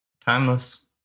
timeless